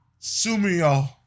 Sumio